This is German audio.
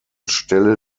stelle